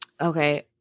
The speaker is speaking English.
Okay